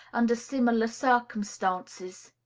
under similar circumstances.